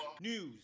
News